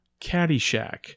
caddyshack